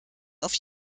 auf